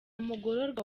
mugororwa